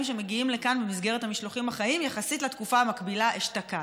שמגיעים לכאן במסגרת המשלוחים החיים יחסית לתקופה המקבילה אשתקד.